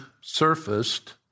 surfaced